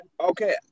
Okay